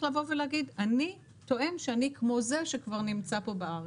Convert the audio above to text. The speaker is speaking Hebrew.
לבוא ולהגיד אני טוען שאני כמו זה שכבר נמצא כאן בארץ.